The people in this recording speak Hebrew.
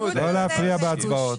ההסתייגות נפלה.